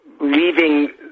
leaving